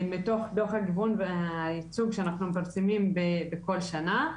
מתוך דו"ח הגיוון והייצוג שאנחנו מפרסמים בכל שנה.